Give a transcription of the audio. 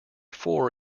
four